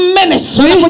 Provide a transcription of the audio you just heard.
ministry